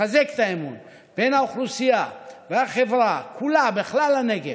ולחזק את האמון בין האוכלוסייה והחברה כולה בכלל הנגב,